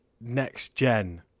next-gen